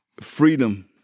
Freedom